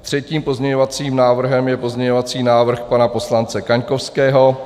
Třetím pozměňovacím návrhem je pozměňovací návrh pana poslance Kaňkovského.